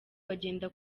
bagenda